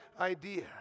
idea